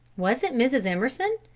was it mrs. emerson?